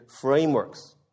frameworks